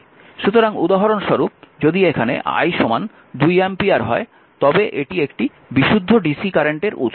সুতরাং উদাহরণস্বরূপ যদি এখানে i 2 অ্যাম্পিয়ার হয় তবে এটি একটি বিশুদ্ধ dc কারেন্টের উৎস